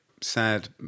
sad